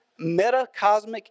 metacosmic